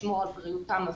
לשמור על בריאותם הפיזית,